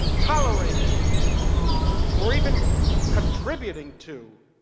tolerating or even contributing to